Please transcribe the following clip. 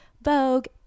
Vogue